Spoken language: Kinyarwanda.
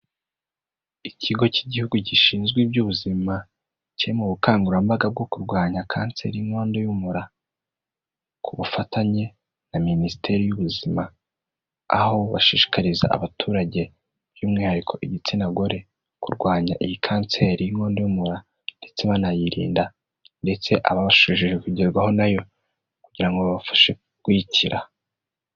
Ikigo cy'Igihugu gishinzwe iby'ubuzima. Kiri mu bukangurambaga bwo kurwanya kanseri y'inkondo y'umura. Ku bufatanye na Minisiteri y'Ubuzima. Aho bashishikariza abaturage by'umwihariko igitsina gore, kurwanya iyi kanseri y'inkondo y'umura ndetse banayirinda. Ndetse ababashije kugerwaho na yo, kugira ngo babafashe kuyikira.